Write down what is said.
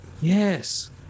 Yes